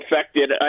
affected